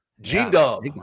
g-dub